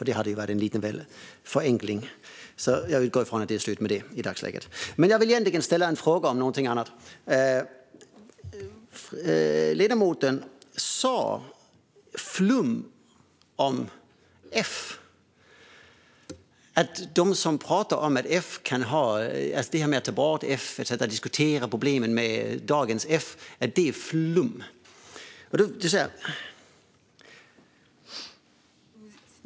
Det hade ju varit lite väl mycket av en förenkling, så jag utgår från att det är slut med det i dagsläget. Jag vill egentligen ställa en fråga om någonting annat. Ledamoten sa att det är flum att ta bort betyget F och att de som diskuterar problemen med dagens F är flummiga.